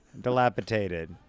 dilapidated